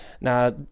Now